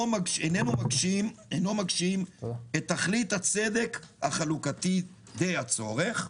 מגשים את תכלית הצדק החלוקתי די הצורך,